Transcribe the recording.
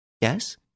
Yes